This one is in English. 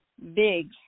big